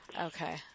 Okay